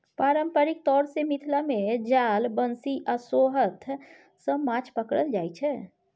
पारंपरिक तौर मे मिथिला मे जाल, बंशी आ सोहथ सँ माछ पकरल जाइ छै